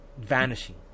vanishing